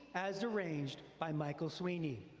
as arranged by michael sweeney.